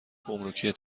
گمرکی